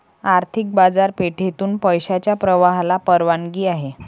आर्थिक बाजारपेठेतून पैशाच्या प्रवाहाला परवानगी आहे